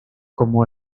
como